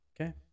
Okay